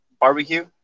barbecue